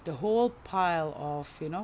the whole pile of you know